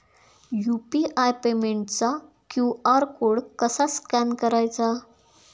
UPI पेमेंटचा QR code कसा scan करायचा?